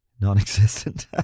non-existent